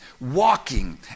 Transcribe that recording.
walking